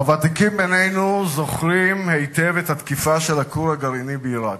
הוותיקים בינינו זוכרים היטב את התקיפה של הכור הגרעיני בעירק,